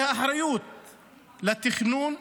האחריות לתכנון,